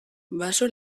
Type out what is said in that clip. baso